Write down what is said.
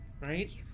right